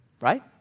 right